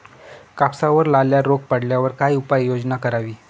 कापसावर लाल्या रोग पडल्यावर काय उपाययोजना करावी?